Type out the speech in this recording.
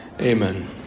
amen